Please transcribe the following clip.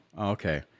okay